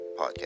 Podcast